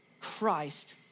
Christ